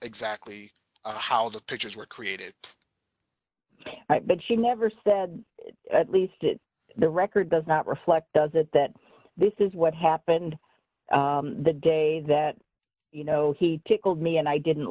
exactly how the pictures were created but she never said at least it the record does not reflect that that this is what happened the day that you know he tickled me and i didn't